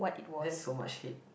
that's so much hate